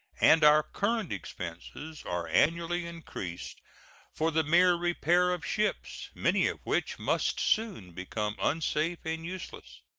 and our current expenses are annually increased for the mere repair of ships, many of which must soon become unsafe and useless.